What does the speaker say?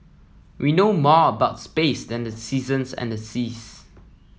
we know more about space than the seasons and the seas